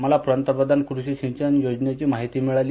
मला पंतप्रधान कृषी सिंचन योजनेची माहिती मिळाली